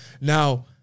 Now